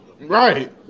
Right